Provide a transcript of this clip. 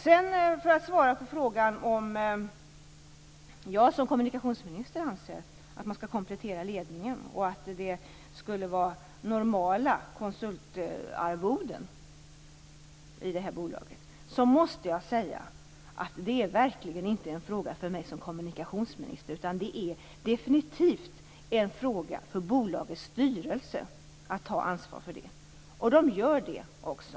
Som svar på frågan om jag som kommunikationsminister anser att Posten skall komplettera ledningen, och huruvida bolagets konsultarvoden är normala, måste jag säga att detta verkligen inte är en fråga för mig som kommunikationsminister. Det är definitivt en fråga för bolagets styrelse. Den skall ta ansvar för detta, och den gör det också.